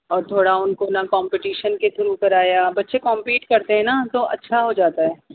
اور تھوڑا ان کو نہ کمپٹیشن کے تھرو کرایا بچے کمپیٹ کرتے ہیں نا تو اچھا ہو جاتا ہے